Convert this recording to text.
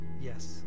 yes